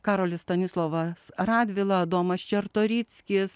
karolis stanislovas radvila adomas čartoriskis